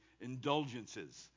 indulgences